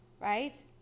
right